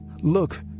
look